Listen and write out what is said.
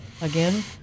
Again